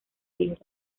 libro